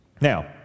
now